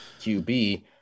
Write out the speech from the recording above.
QB